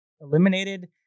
eliminated